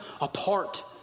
apart